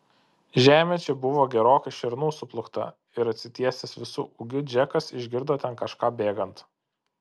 žemė čia buvo gerokai šernų suplūkta ir atsitiesęs visu ūgiu džekas išgirdo ten kažką bėgant